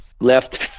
left